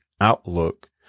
outlook